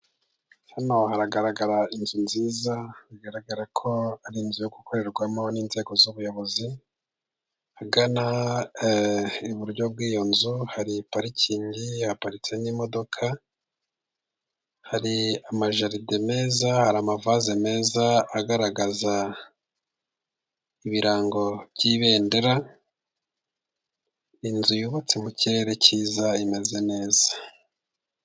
Hano haragaragara inzu nziza, bigaragara ko ari inzu yo gukorerwamo n'inzego z'ubuyobozi, ahagana iburyo bw'iyo nzu hari parikingi, yaparitse n'imodoka, hari amajaride meza, hari amavaze meza agaragaza ibirango by'ibendera, inzu yubatse mu kirere cyiza imeze neza.